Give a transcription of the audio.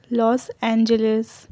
Los Angeles